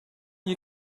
you